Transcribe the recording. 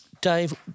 Dave